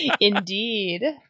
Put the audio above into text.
Indeed